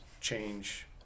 change